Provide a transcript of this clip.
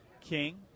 King